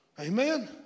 Amen